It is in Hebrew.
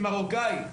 מרוקאית.